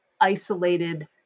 isolated